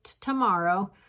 tomorrow